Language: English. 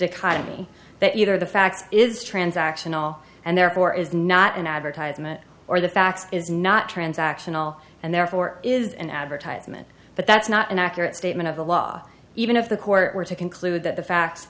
economy that either the fact is transactional and therefore is not an advertisement or the fact is not transactional and therefore is an advertisement but that's not an accurate statement of the law even if the court were to conclude that the fact